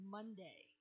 Monday